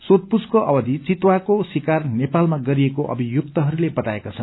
सोधपूछको अवधि चितुवाको शिकार नेपालमा गरिएको अभियुक्तहरूले बताएका छन्